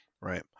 right